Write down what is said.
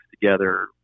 together